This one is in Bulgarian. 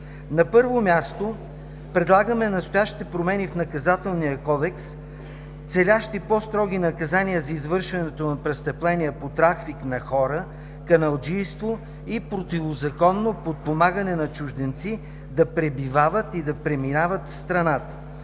На първо място, предлагаме настоящите промени в Наказателния кодекс, целящи по-строги наказания за извършването на престъпления по трафик на хора, каналджийство и противозаконно подпомагане на чужденци да пребивават и да преминават в страната.